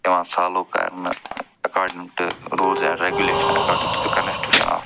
پٮ۪وان سالوٗ کَرنہٕ ایکارڈنٛگ ٹُو روٗلٕز اینٛڈ ریگوٗلیشنہٕ according to the constitution of